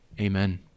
Amen